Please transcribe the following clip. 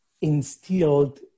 instilled